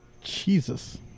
Jesus